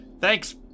thanks